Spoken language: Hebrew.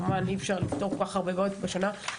אי אפשר לפתור כל כך הרבה בעיות עוד השנה,